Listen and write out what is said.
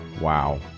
Wow